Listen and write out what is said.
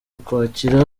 ukwakira